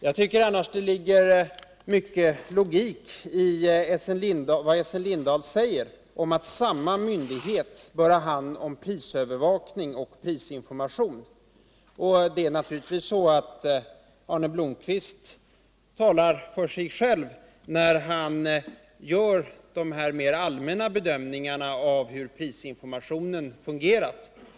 Jag tycker emellertid att det ligger mycket logik i vad Essen Lindahl säger om att samma myndighet bör ha hand om såväl prisövervakning som prisinformation. Naturligtvis talar Arne Blomkvist för sig själv, när han gör de mera allmänna bedömningarna av hur prisinformationen fungerat.